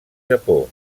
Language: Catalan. japó